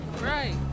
Right